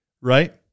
right